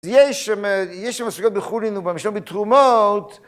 אז יש, יש המסוגלת בחולין ובמשנה בתרומות.